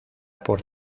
por